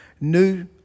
new